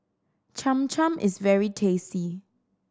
Cham Cham is very tasty